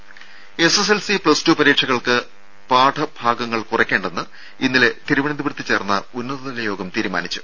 രും SSLC plus two പരീക്ഷകൾക്ക് പാഠഭാഗങ്ങൾ കുറക്കേണ്ടെന്ന് ഇന്നലെ തിരുവനന്തപുരത്ത് ചേർന്ന ഉന്നതതല യോഗം തീരുമാനിച്ചു